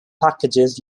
packages